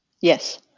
yes